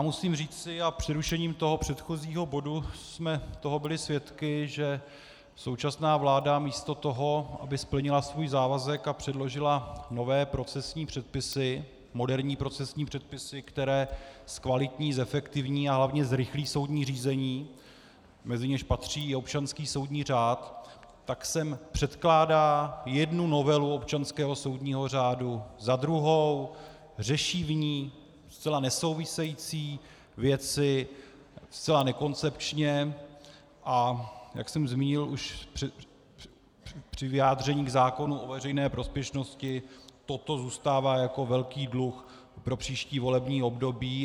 Musím říci, a přerušením předchozího bodu jsme toho byli svědky, že současná vláda místo toho, aby splnila svůj závazek a předložila nové moderní procesní předpisy, které zkvalitní, zefektivní a hlavně zrychlí soudní řízení, mezi něž patří i občanský soudní řád, tak sem předkládá jednu novelu občanského soudního řádu za druhou, řeší v ní zcela nesouvisející věci zcela nekoncepčně, a jak jsem zmínil už při vyjádřeních k zákonu o veřejné prospěšnosti, toto zůstává jako velký dluh pro příští volební období.